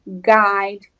guide